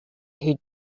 who